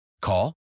Call